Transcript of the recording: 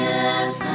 Yes